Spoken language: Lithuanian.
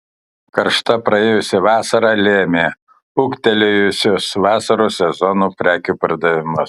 karšta praėjusi vasara lėmė ūgtelėjusius vasaros sezono prekių pardavimus